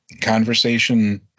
conversation